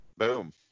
boom